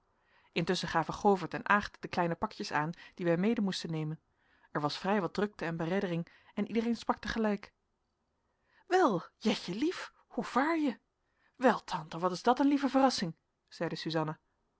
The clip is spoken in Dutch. intusschen gaven govert en aagt de kleine pakjes aan die wij mede moesten nemen er was vrij wat drukte en bereddering en ieder sprak te gelijk wel jetje lief hoe vaar je wel tante wat is dat een lieve verrassing zeide suzanna